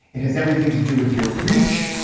it has everything to do with your reach.